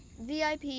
VIP